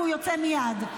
והוא יוצא מייד,